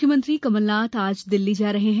मुख्यमंत्री कमलनाथ आज दिल्ली जा रहे हैं